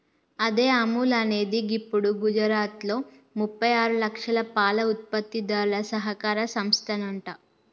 అదే అముల్ అనేది గిప్పుడు గుజరాత్లో ముప్పై ఆరు లక్షల పాల ఉత్పత్తిదారుల సహకార సంస్థనంట